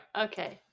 Okay